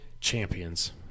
champions